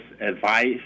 advice